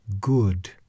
good